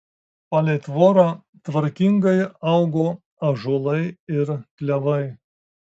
palei tvorą tvarkingai augo ąžuolai ir klevai